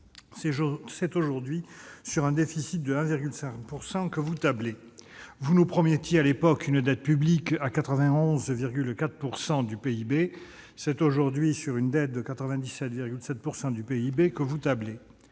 C'est aujourd'hui sur un déficit de 1,5 % que vous tablez. Vous nous promettiez, à l'époque, une dette publique s'élevant à 91,4 % du PIB. C'est aujourd'hui sur une dette atteignant 97,7 % du PIB que vous tablez.